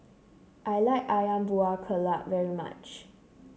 I like ayam Buah Keluak very much